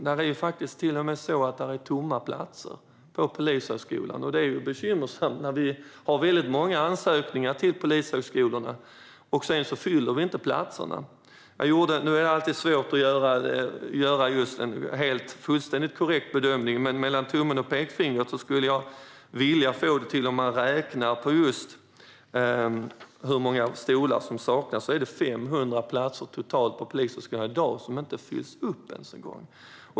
Det är bekymmersamt att platserna inte fylls då det kommer in väldigt många ansökningar till polishögskolorna. Det är alltid svårt att göra en fullständigt korrekt bedömning, men mellan tummen och pekfingret får jag det till att det i dag är totalt 500 platser på polishögskolorna som inte fylls.